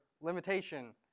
limitation